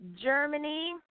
Germany